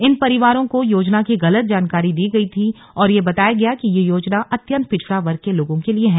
इन परिवारों को योजना की गलत जानकारी दी गई थी और ये बताया गया कि ये योजना अत्यंत पिछड़ा वर्ग के लोगों के लिए हैं